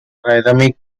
rhythmic